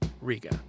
Riga